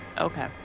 Okay